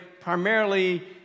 primarily